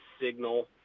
signal